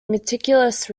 meticulous